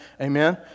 Amen